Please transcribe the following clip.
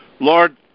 Lord